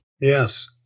Yes